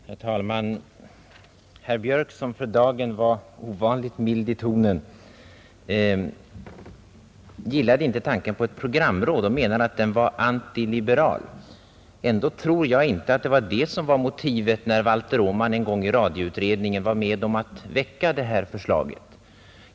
Herr talman! Herr Björk, som för dagen var ovanligt mild i tonen, gillade inte tanken på ett programråd och ansåg att den var antiliberal. Ändå tror jag inte att det var motivet när Valter Åman en gång i radioutredningen var med om att väcka det här förslaget.